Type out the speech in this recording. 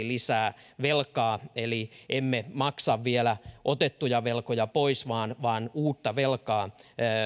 lisää velkaa eli emme maksa vielä otettuja velkoja pois vaan uutta velkaa